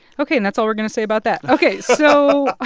ok, and that's all we're going to say about that. ok. so.